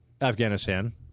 Afghanistan